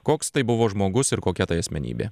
koks tai buvo žmogus ir kokia tai asmenybė